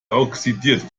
oxidiert